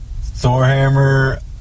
Thorhammer